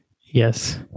Yes